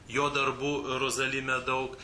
jo darbų rozalime daug